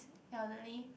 elderly